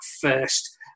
first